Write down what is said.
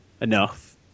enough